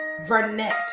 Vernette